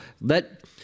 let